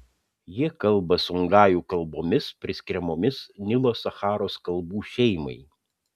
jie kalba songajų kalbomis priskiriamomis nilo sacharos kalbų šeimai